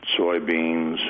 soybeans